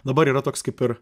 dabar yra toks kaip ir